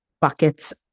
buckets